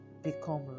become